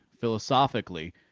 philosophically